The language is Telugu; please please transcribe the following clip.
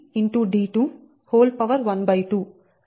07x9